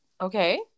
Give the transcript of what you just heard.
Okay